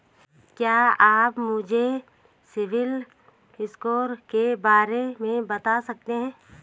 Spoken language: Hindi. क्या आप मुझे सिबिल स्कोर के बारे में बता सकते हैं?